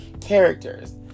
characters